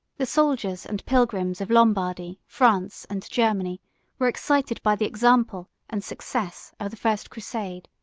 the soldiers and pilgrims of lombardy, france, and germany were excited by the example and success of the first crusade.